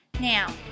Now